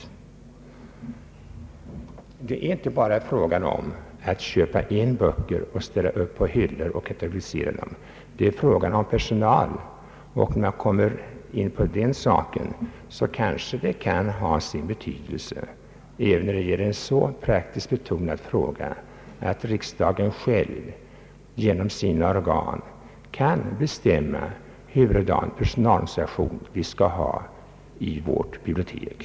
Det är inte bara fråga om att köpa in böcker och ställa upp på hyllor och katalogisera. Det är bl.a. fråga om personalen. Det kan ha sin betydelse även i en så praktiskt betonad fråga att riksdagen själv genom sina organ kan bestämma vilken personalorganisation riksdagen skall ha för sitt bibliotek.